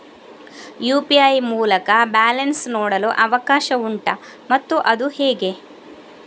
UPI ಮೂಲಕ balance ನೋಡಲು ಅವಕಾಶ ಉಂಟಾ ಮತ್ತು ಅದು ಹೇಗೆ?